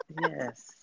Yes